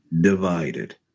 divided